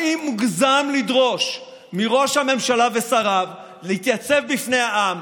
האם מוגזם לדרוש מראש הממשלה ושריו להתייצב בפני העם,